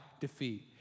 defeat